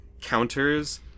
Counters